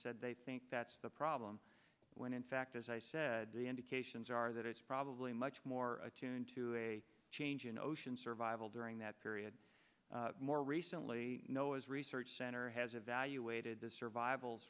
said they think that's the problem when in fact as i said the indications are that it's probably much more attuned to a change in ocean survival during that period more recently know as research has evaluated the survival